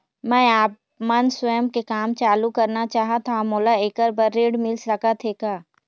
मैं आपमन स्वयं के काम चालू करना चाहत हाव, मोला ऐकर बर ऋण मिल सकत हे का?